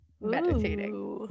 meditating